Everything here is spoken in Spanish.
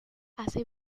hace